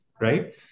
right